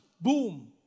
Boom